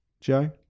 Joe